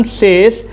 says